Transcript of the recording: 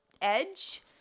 edge